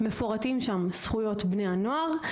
ובה מפורטים זכויות בני הנוער.